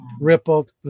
Rippled